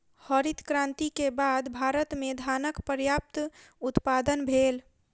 हरित क्रांति के बाद भारत में धानक पर्यात उत्पादन भेल